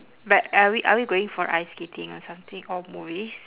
but are we are we going for ice skating or something or movies